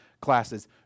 classes